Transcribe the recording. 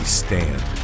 stand